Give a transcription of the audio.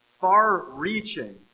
Far-reaching